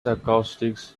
acoustics